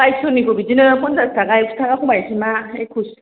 बायस्स'निखौ बिदिनो पनसास थाखा एक्स' थाखा खमायनोसै मा एखय्स'